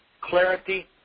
clarity